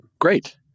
Great